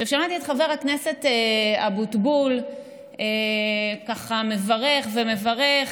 שמעתי את חבר הכנסת אבוטבול מברך ומברך,